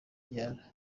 njyana